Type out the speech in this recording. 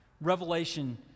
Revelation